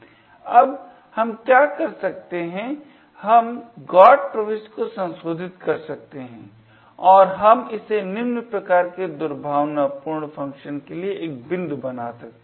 अब हम क्या कर सकते हैं हम GOT प्रविष्टि को संशोधित कर सकते हैं और हम इसे निम्न प्रकार के दुर्भावनापूर्ण फंक्शन के लिए एक बिंदु बना सकते हैं